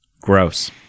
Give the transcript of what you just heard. Gross